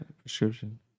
prescription